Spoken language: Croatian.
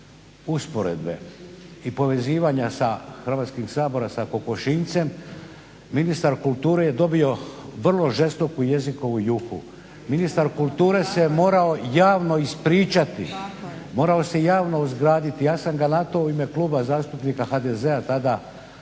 usporedbe i povezivanja sa Hrvatskim saborom sa kokošinjcem, ministar kulture je dobio vrlo žestoku jezikovu juhu, ministar kulture se morao javno ispričati, morao se javno uzgraditi. Ja sam ga na to u ime Kluba zastupnika HDZ-a tada 90 i